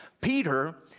Peter